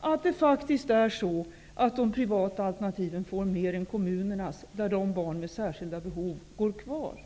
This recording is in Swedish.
att det faktiskt är så att de privata alternativen får mer än kommunernas verksamhet, där barn med särskilda behov går kvar.